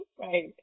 right